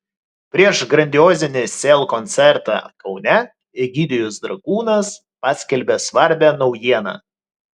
prieš grandiozinį sel koncertą kaune egidijus dragūnas paskelbė svarbią naujieną